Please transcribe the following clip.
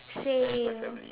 same